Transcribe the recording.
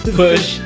push